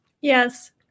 Yes